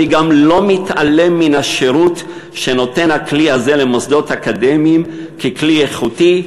אני גם לא מתעלם מן השירות שנותן הכלי הזה למוסדות אקדמיים ככלי איכותי,